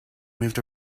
moved